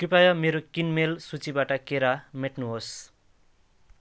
कृपया मेरो किनमेल सूचीबाट केरा मेट्नुहोस्